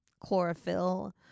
chlorophyll